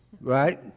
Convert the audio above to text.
right